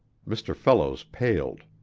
mr. fellows paled.